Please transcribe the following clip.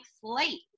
slate